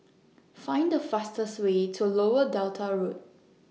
Find The fastest Way to Lower Delta Road